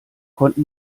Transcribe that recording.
konnte